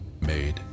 made